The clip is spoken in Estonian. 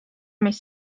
mis